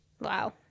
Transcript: Wow